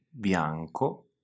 bianco